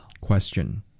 Question